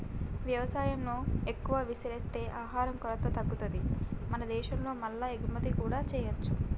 వ్యవసాయం ను ఎక్కువ విస్తరిస్తే ఆహార కొరత తగ్గుతది మన దేశం లో మల్ల ఎగుమతి కూడా చేయొచ్చు